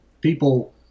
people